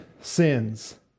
sins